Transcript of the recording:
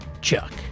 Chuck